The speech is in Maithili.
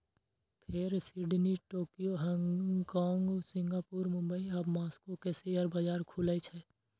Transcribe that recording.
फेर Sydney, Tokyo, Hong Kong, Singapore, Mumbai आ मास्को के शेयर बाजार खुलै छै